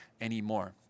anymore